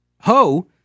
Ho